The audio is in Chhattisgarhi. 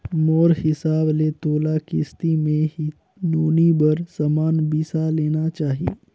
मोर हिसाब ले तोला किस्ती मे ही नोनी बर समान बिसा लेना चाही